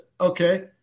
okay